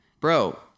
Bro